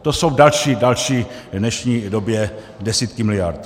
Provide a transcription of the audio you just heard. To jsou další v dnešní době desítky miliard.